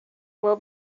will